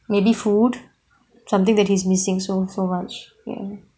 maybe food something that he's missing so so much